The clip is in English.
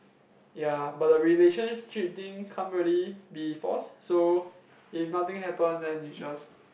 ya but the relationship thing can't really be force so if nothing happen then is just